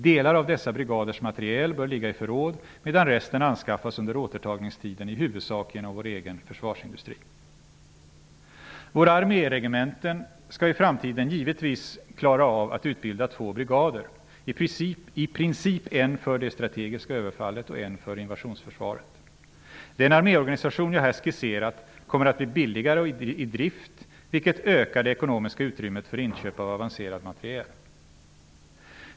Delar av dessa brigaders materiel bör ligga i förråd medan resten anskaffas under återtagningstiden, i huvudsak genom vår egen försvarsindustri. Våra arméregementen skall i framtiden givetvis klara av att utbilda två brigader, i princip en för det strategiska överfallet och en för invasionsförsvaret. Den arméorganisation jag här skisserat kommer att bli billigare i drift, vilket ökar det ekonomiska utrymmet för inköp av avancerad materiel.